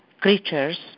creatures